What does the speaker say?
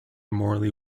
mortally